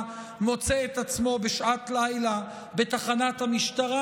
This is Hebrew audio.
מוצא את עצמו בשעת לילה בתחנת המשטרה,